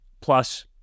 Plus